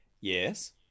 Yes